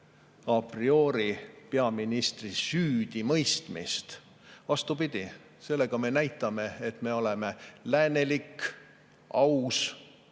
prioripeaministri süüdimõistmist. Vastupidi, sellega me näitame, et me oleme läänelik, aus,